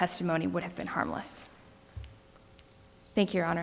testimony would have been harmless thank your hon